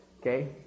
okay